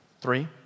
Three